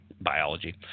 biology